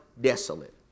desolate